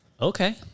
Okay